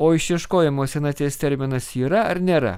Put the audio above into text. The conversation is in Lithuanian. o išieškojimo senaties terminas yra ar nėra